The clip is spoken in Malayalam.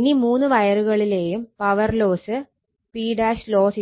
ഇനി മൂന്ന് വയറുകളിലേയും പവർ ലോസ് Ploss